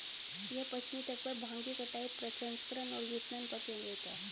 यह पश्चिमी तट पर भांग की कटाई, प्रसंस्करण और विपणन पर केंद्रित है